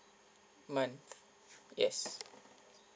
month yes